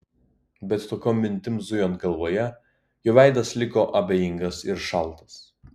bet tokiom mintim zujant galvoje jo veidas liko abejingas ir šaltas